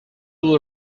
will